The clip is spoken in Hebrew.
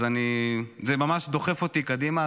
זה ממש דוחף אותי קדימה,